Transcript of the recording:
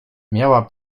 miała